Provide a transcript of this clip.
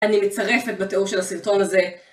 אני מצרפת בתיאור של הסרטון הזה.